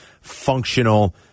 functional